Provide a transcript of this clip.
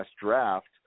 draft